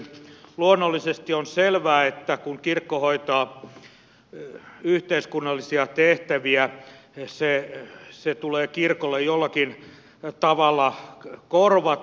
luonnollisesti on selvää että kun kirkko hoitaa yhteiskunnallisia tehtäviä se tulee kirkolle jollakin tavalla korvata